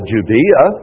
Judea